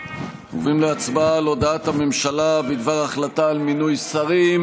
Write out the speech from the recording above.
עוברים להצבעה על הודעת הממשלה בדבר ההחלטה על מינויי שרים.